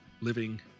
living